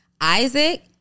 Isaac